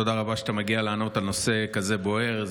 תודה רבה שאתה מגיע לענות על נושא כזה בוער.